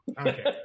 Okay